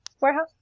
warehouse